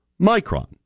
Micron